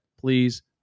please